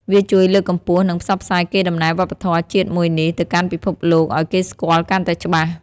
វាជួយលើកកម្ពស់ និងផ្សព្វផ្សាយកេរដំណែលវប្បធម៌ជាតិមួយនេះទៅកាន់ពិភពលោកឲ្យគេស្គាល់កាន់តែច្បាស់។